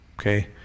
okay